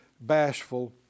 bashful